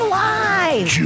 live